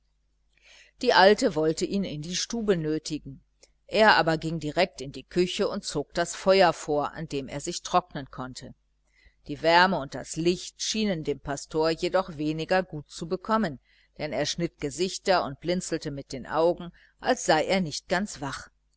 die alte wollte ihn in die stube nötigen er aber ging direkt in die küche und zog das feuer vor an dem er sich trocknen konnte die wärme und das licht schienen dem pastor jedoch weniger gut zu bekommen denn er schnitt gesichter und blinzelte mit den augen als sei er nicht ganz wach